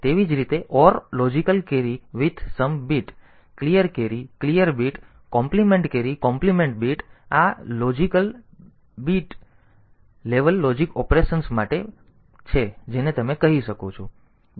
તેવી જ રીતે OR logical carry with sum bit clear carry clear bit complement carry complement bit તેથી આ logic bit level logic operations માટે bit level operations છે જેને તમે કહી શકો છો